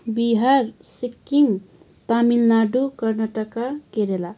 Bihar Sikkim Tamil Nadu Karnataka Kerala